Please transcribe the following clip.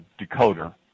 decoder